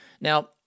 Now